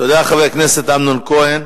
תודה, חבר הכנסת אמנון כהן.